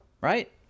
right